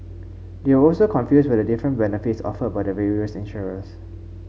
they were also confused by the different benefits offered by the various insurers